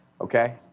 okay